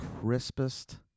crispest